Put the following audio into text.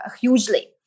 hugely